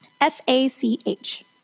F-A-C-H